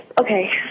okay